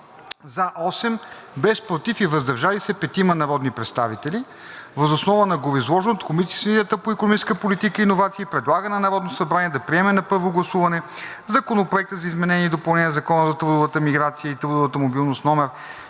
– 8, без „против“ и „въздържал се“ – 5 народни представители. Въз основа на гореизложеното Комисията по икономическа политика и иновации предлага на Народното събрание да приеме на първо гласуване Законопроект за изменение и допълнение на Закона за трудовата миграция и трудовата мобилност,